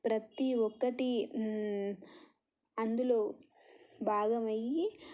ప్రతీ ఒక్కటి అందులో భాగం అయ్యి